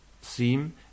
seem